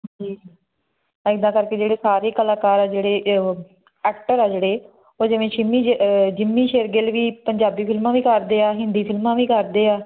ਅਤੇ ਇੱਦਾਂ ਕਰਕੇ ਜਿਹੜੇ ਸਾਰੇ ਕਲਾਕਾਰ ਆ ਜਿਹੜੇ ਐਕਟਰ ਆ ਜਿਹੜੇ ਉਹ ਜਿਵੇਂ ਸ਼ਿਮੀ ਜਿੰਮੀ ਸ਼ੇਰਗਿੱਲ ਵੀ ਪੰਜਾਬੀ ਫਿਲਮਾਂ ਵੀ ਕਰਦੇ ਆ ਹਿੰਦੀ ਫਿਲਮਾਂ ਵੀ ਕਰਦੇ ਆ